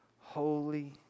Holy